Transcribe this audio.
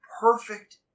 perfect